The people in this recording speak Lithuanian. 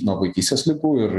nuo vaikystės ligų ir